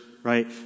Right